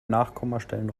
nachkommastellen